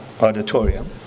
Auditorium